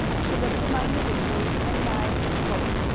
she looked among the dishes, and knives and forks,